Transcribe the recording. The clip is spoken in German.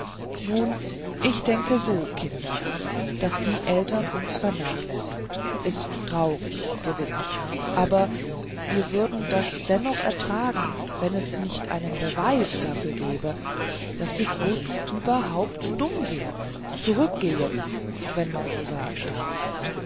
nun ich denke so kinder daß die eltern uns vernachlässigen ist traurig gewiß aber wir würden das dennoch ertragen wenn es nicht ein beweis wäre dafür daß die großen überhaupt dumm werden zurückgehen wenn man so sagen darf